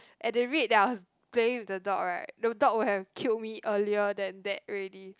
at the rate that I was playing with the dog right the dog would have killed me earlier than that already